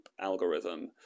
algorithm